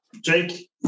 Jake